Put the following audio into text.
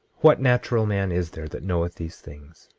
what natural man is there that knoweth these things?